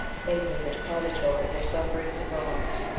made me the depositary of their sufferings and wrongs.